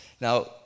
now